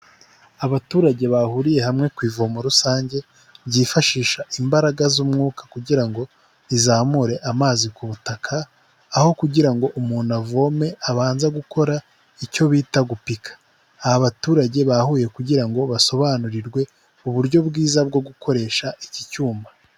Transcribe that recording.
Abaturage bahuriye hamwe ku ivomo rusange ryifashisha imbaraga z'umwuka kugira ngo rizamure amazi ku butaka, aho kugira ngo umuntu avome abanza gukora icyo bita gupika. Aba baturage bahuye kugira ngo basobanurirwe uburyo bwiza bwo gukoresha iki cyuma.